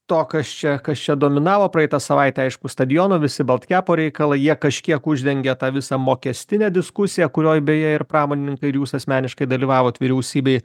to kas čia kas čia dominavo praeitą savaitę aišku stadiono visi baltkepo reikalą jie kažkiek uždengia tą visą mokestinę diskusiją kurioj beje ir pramonininkai ir jūs asmeniškai dalyvavot vyriausybėj